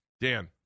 Dan